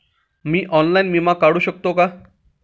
मी online विमा काढू शकते का?